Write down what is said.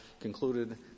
concluded